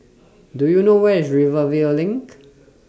Do YOU know Where IS Rivervale LINK